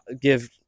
give